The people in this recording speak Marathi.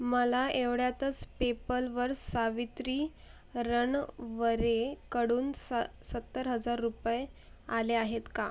मला एवढ्यातच पेपलवर सावित्री रणवरेकडून सत्तर हजार रुपये आले आहेत का